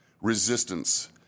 resistance